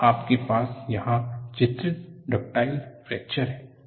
और आपके पास यहां चित्रित डक्टाइल फ्रैक्चर है